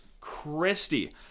Christie